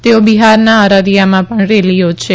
તેઓ બિહારના અરરિયામાં પણ રેલી યોજશે